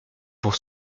pour